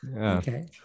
Okay